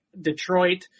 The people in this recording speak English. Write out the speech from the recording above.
Detroit